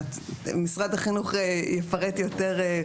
משרד החינוך יפרט יותר,